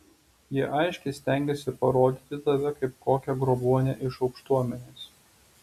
jie aiškiai stengiasi parodyti tave kaip kokią grobuonę iš aukštuomenės